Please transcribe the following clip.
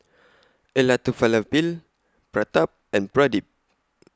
Elattuvalapil Pratap and Pradip